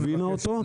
הבינה אותו,